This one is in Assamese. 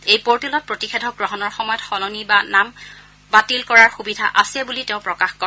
এই পোৰ্টেলত প্ৰতিষেধক গ্ৰহণৰ সময় সলনি বা বাতিল কৰাৰ সবিধা আছে বুলি তেওঁ প্ৰকাশ কৰে